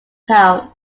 town